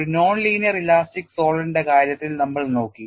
ഒരു non linear elastic സോളിഡിന്റെ കാര്യത്തിൽ നമ്മൾ നോക്കി